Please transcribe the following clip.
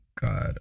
God